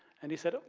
and he said,